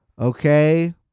Okay